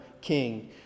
king